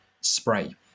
spray